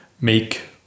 make